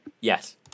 Yes